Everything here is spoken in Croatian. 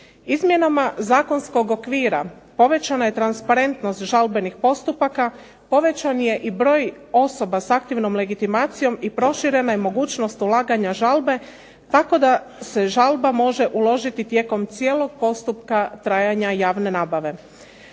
Izmjenama zakonskog okvira povećana je transparentnost žalbenih postupaka, povećan je i broj osoba s aktivnom legitimacijom i proširena je mogućnost ulaganja žalbe tako da se žalba može uložiti tijekom cijelog postupka trajanja javne nabave.